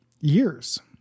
Years